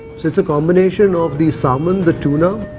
it's it's a combination of the salmon, the tuna.